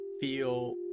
feel